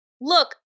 look